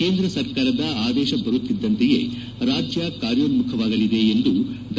ಕೇಂದ್ರ ಸರ್ಕಾರ ಆದೇಶ ಬರುತ್ತಿದ್ದಂತೆಯೇ ರಾಜ್ಯ ಕಾರ್ಯೋನ್ಮುಖವಾಗಲಿದೆ ಎಂದು ಡಾ